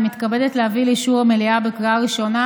אני מתכבדת להביא לאישור המליאה בקריאה ראשונה